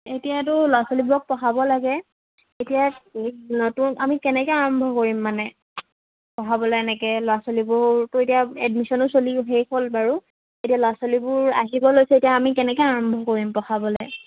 এতিয়াতো ল'ৰা ছোৱালীবোৰক পঢ়াব লাগে এতিয়া নতুন আমি কেনেকৈ আৰম্ভ কৰিম মানে পঢ়াবলৈ এনেকৈ ল'ৰা ছোৱালীবোৰতো এতিয়া এডমিশ্য়নো চলি শেষ হ'ল বাৰু এতিয়া ল'ৰা ছোৱালীবোৰ আহিব লৈছে এতিয়া আমি কেনেকৈ আৰম্ভ কৰিম পঢ়াবলৈ